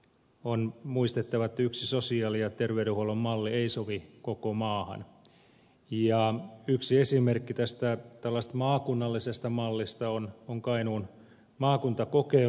on muistettava että yksi sosiaali ja terveydenhuollon malli ei sovi koko maahan ja yksi esimerkki tällaisesta maakunnallisesta mallista on kainuun maakuntakokeilu